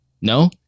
No